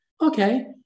okay